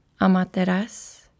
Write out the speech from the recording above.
Amateras